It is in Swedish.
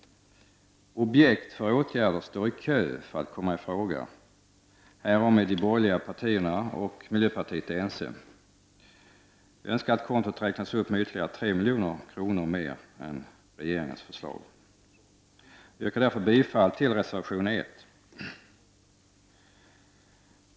Objekt för åtgärder står i kö för att komma i fråga; härom är de borgerliga partierna och miljöpartiet ense. Vi önskar att anslaget räknas upp med 3 milj.kr. mer än enligt regeringens förslag. Jag yrkar därför bifall till reservation 1.